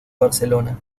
barcelona